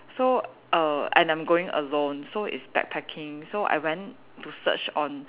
so err and I'm going alone so it's backpacking so I went to search on